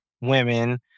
women